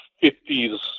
fifties